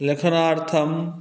लेखनार्थम्